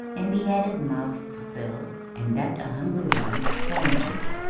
and the added mouth to fill and that a hungry one counted.